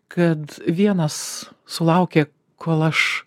kad vienas sulaukė kol aš